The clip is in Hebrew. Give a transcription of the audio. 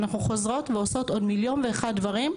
אנחנו חוזרות ועושות עוד מיליון ואחד דברים,